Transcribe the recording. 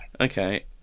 Okay